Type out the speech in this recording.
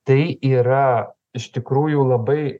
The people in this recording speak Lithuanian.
tai yra iš tikrųjų labai